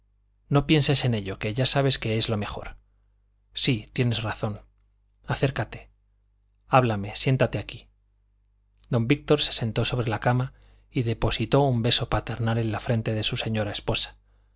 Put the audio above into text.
no pienses en ello que ya sabes que es lo mejor sí tienes razón acércate háblame siéntate aquí don víctor se sentó sobre la cama y depositó un beso paternal en la frente de su señora esposa